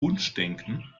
wunschdenken